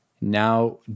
Now